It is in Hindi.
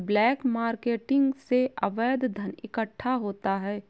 ब्लैक मार्केटिंग से अवैध धन इकट्ठा होता है